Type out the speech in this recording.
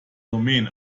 domain